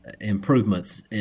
improvements